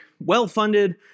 well-funded